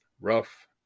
rough